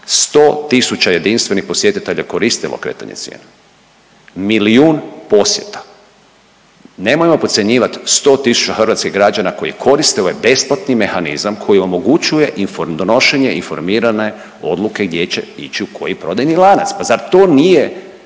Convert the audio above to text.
100 000 jedinstvenih posjetitelja je koristilo kretanje cijena. Milijun posjeta. Nemojmo podcjenjivati 100 000 hrvatskih građana koji koriste ovaj besplatni mehanizam koji omogućuje donošenje informirane odluke gdje će ići u koji prodajni lanac. Pa zar to nije